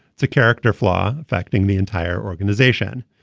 it's a character flaw affecting the entire organization.